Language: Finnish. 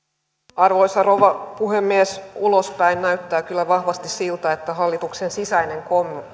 arvoisa rouva puhemies ulospäin näyttää kyllä vahvasti siltä että hallituksen sisäinen